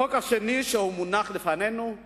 החוק השני שמונח לפנינו הוא